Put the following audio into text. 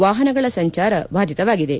ವಾಹನಗಳ ಸಂಚಾರ ಬಾಧಿತವಾಗಿದೆ